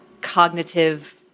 cognitive